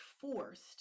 forced